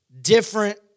different